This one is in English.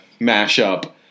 mashup